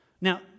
Now